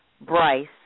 Bryce